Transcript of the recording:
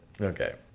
Okay